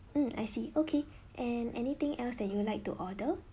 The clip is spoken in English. mm I see okay and anything else that you would like to order